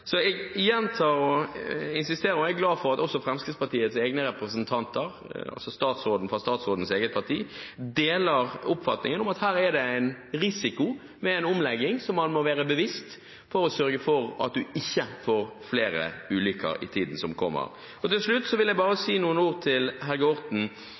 Så jeg gjentar og er glad for at også Fremskrittspartiets egne representanter, altså fra statsrådens eget parti, deler oppfatningen om at det er en risiko med en omlegging, så man må være bevisst på å sørge for at du ikke får flere ulykker i tiden som kommer. Til slutt vil jeg si noen ord til Helge Orten,